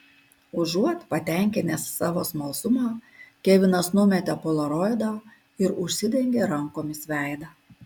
užuot patenkinęs savo smalsumą kevinas numetė polaroidą ir užsidengė rankomis veidą